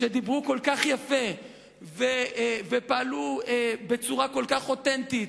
שדיברו כל כך יפה ופעלו בצורה כל כך אותנטית,